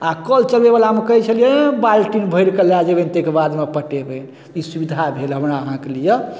आओर कल चलबैवला मे कहै छलियै ऐं बाल्टिन भरिके लै जेबनि तैके बादमे पटेबै ई सुविधा भेल हमरा अहाँके लिए